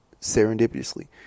serendipitously